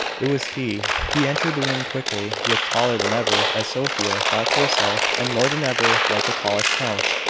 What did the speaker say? it was he. he entered the room quickly, looked taller than ever, as sophia thought to herself, and more than ever like a polish count,